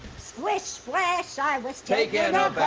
splish, splash i was takin' a